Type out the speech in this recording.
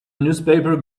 newspaper